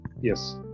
yes